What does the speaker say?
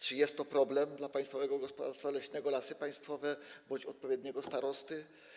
Czy jest to problem dla Państwowego Gospodarstwa Leśnego Lasy Państwowe bądź odpowiedniego starosty?